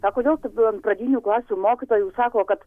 o kodėl tada ant pradinių klasių mokytojų sako kad